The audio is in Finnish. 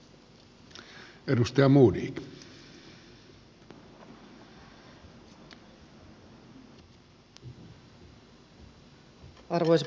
arvoisa puhemies